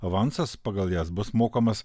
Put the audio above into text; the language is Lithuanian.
avansas pagal jas bus mokamas